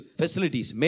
facilities